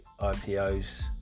IPOs